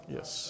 Yes